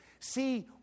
See